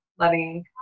letting